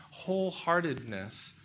wholeheartedness